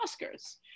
oscars